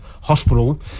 hospital